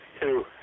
two